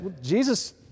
Jesus